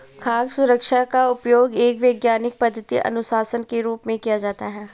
खाद्य सुरक्षा का उपयोग एक वैज्ञानिक पद्धति अनुशासन के रूप में किया जाता है